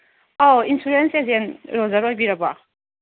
ꯑꯧ insurance agent ꯔꯣꯖꯔ ꯑꯣꯏꯕꯤꯔꯕꯣ